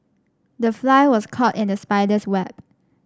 the fly was caught in the spider's web